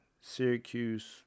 Syracuse